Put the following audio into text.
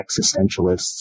existentialists